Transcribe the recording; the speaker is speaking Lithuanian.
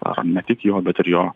ar ne tik jo bet ir jo